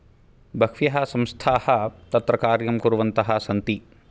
बह्व्यः संस्थाः तत्र कार्यं कुर्वन्तः सन्ति